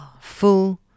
full